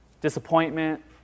Disappointment